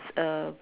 uh